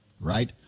right